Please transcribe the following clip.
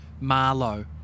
Marlow